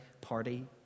party